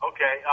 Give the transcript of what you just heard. Okay